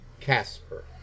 Casper